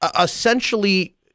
essentially